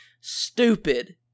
stupid